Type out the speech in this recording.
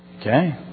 Okay